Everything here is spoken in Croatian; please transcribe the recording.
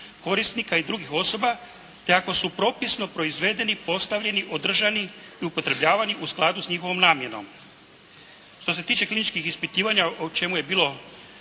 korisnika i drugih osoba, te ako su propisno proizvedeni, postavljeni, održani i upotrebljavani u skladu s njihovom namjenom. Što se tiče kliničkih ispitivanja o čemu je bilo